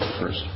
first